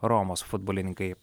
romos futbolininkai